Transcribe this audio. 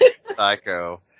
Psycho